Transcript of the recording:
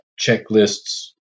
checklists